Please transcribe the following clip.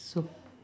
so